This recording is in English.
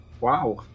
Wow